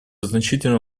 значительно